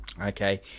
okay